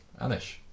Anish